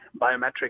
biometric